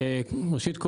ראשית,